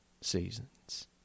seasons